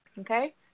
okay